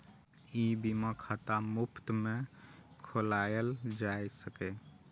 ई बीमा खाता मुफ्त मे खोलाएल जा सकैए